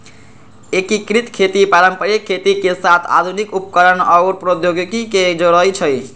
एकीकृत खेती पारंपरिक खेती के साथ आधुनिक उपकरणअउर प्रौधोगोकी के जोरई छई